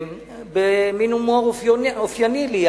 במין הומור אופייני לי,